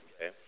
okay